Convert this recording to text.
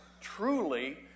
truly